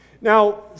Now